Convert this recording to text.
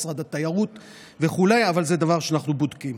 משרד התיירות וכו' אבל זה דבר שאנחנו בודקים.